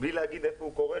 בלי לומר היכן הוא קורה,